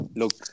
look